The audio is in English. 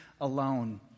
alone